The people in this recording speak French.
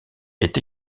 est